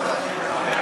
תנו בבקשה לשר לסכם